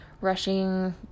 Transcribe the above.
rushing